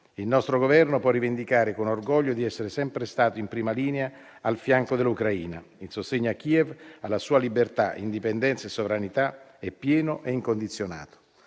Il nostro Governo può rivendicare con orgoglio di essere sempre stato in prima linea al fianco dell'Ucraina: il sostegno a Kiev, alla sua libertà, indipendenza e sovranità è pieno e incondizionato.